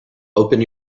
open